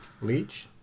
Leach